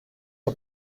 que